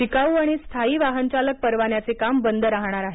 शिकाऊ आणि स्थायी वाहन चालक परवान्याचे काम बंद राहणार आहे